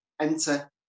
enter